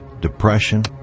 depression